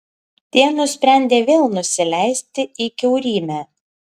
tie nusprendė vėl nusileisti į kiaurymę